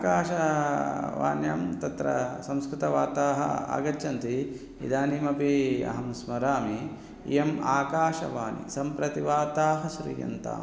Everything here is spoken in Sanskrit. आकाशवाण्यां तत्र संस्कृतवार्ताः आगच्छन्ति इदानीमपि अहं स्मरामि इयम् आकाशवाण्यां सम्प्रति वार्ताः श्रूयन्ताम्